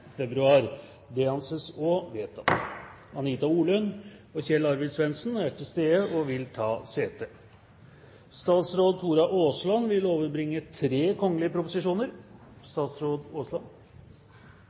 og med 9. februar. Anita Orlund og Kjell Arvid Svendsen er til stede og vil ta sete. Representanten Øyvind Halleraker vil